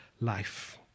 life